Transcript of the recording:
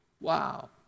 Wow